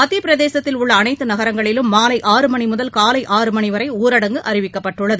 மத்தியப்பிரதேசத்தில் உள்ள அனைத்து நகரங்களிலும் மாலை ஆறு மணி முதல் காலை ஆறு மணி வரை ஊரடங்கு அறிவிக்கப்பட்டுள்ளது